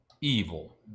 evil